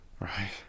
Right